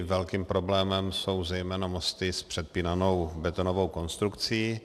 Velkým problémem jsou zejména mosty s předpínanou betonovou konstrukcí.